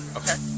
okay